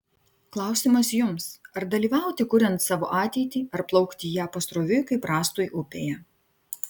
klausimas jums ar dalyvauti kuriant savo ateitį ar plaukti į ją pasroviui kaip rąstui upėje